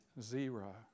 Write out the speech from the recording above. Zero